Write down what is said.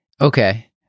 Okay